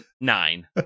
nine